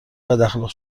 بداخلاق